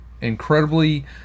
incredibly